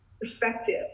perspective